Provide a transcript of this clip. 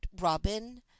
robin